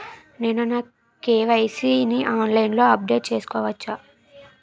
నేను నా కే.వై.సీ ని ఆన్లైన్ లో అప్డేట్ చేసుకోవచ్చా?